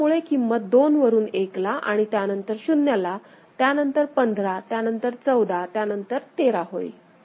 त्यामुळे किंमत दोन वरून 1 ला आणि त्यानंतर शून्याला त्यानंतर 15 त्यानंतर 14 त्यानंतर 13 होईल